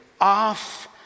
off